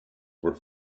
were